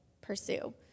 pursue